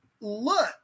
look